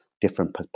different